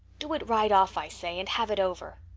do it right off, i say, and have it over.